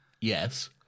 Yes